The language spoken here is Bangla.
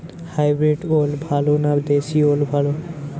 হাইব্রিড ওল ভালো না দেশী ওল ভাল?